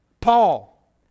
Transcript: Paul